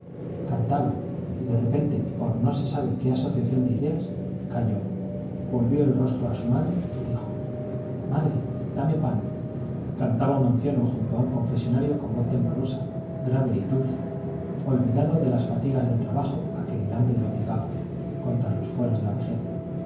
cantaba y de repente por no se sabe qué asociación de ideas calló volvió el rostro a su madre y dijo madre dame pan cantaba un anciano junto a un confesonario con voz temblorosa grave y dulce olvidado de las fatigas del trabajo a que el hambre le obligaba contra los fueros de la vejez